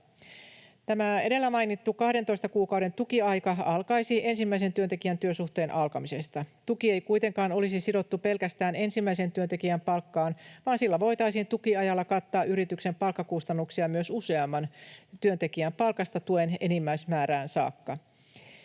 Tämä edellä mainittu 12 kuukauden tukiaika alkaisi ensimmäisen työntekijän työsuhteen alkamisesta. Tuki ei kuitenkaan olisi sidottu pelkästään ensimmäisen työntekijän palkkaan, vaan sillä voitaisiin tukiajalla kattaa yrityksen palkkakustannuksia myös useamman työntekijän palkasta tuen enimmäismäärään saakka.